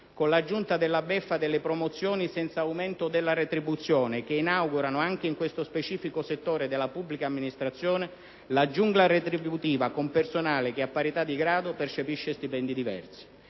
con l'aggiunta della beffa delle promozioni senza aumento della retribuzione, che inaugurano anche in questo specifico settore della pubblica amministrazione la giungla retributiva, con personale che a parità di grado percepisce stipendi diversi.